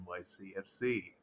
NYCFC